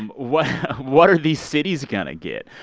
and what what are these cities going to get?